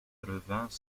vingts